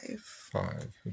Five